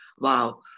wow